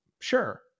Sure